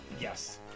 Yes